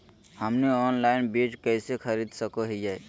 हमनी ऑनलाइन बीज कइसे खरीद सको हीयइ?